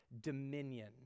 dominion